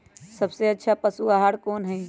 सबसे अच्छा पशु आहार कोन हई?